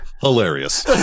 hilarious